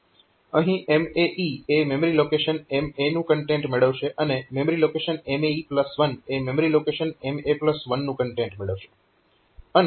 અહીં MAE એ memory location MA નું કન્ટેન્ટ મેળવશે અને મેમરી લોકેશન MAE1 એ મેમરી લોકેશન MA1 નું કન્ટેન્ટ મેળવશે